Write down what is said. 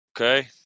Okay